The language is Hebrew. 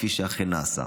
כפי שאכן נעשה.